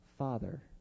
Father